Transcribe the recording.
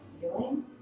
feeling